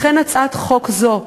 לכן הצעת חוק זאת,